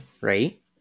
right